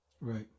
Right